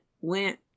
went